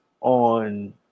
on